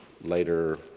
later